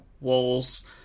walls